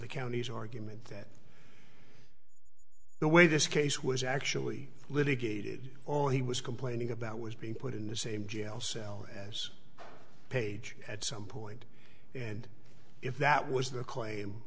the counties argument that the way this case was actually litigated all he was complaining about was being put in the same jail cell as page at some point and if that was the claim